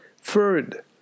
Third